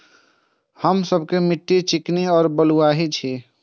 हमर सबक मिट्टी चिकनी और बलुयाही छी?